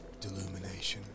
delumination